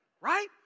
right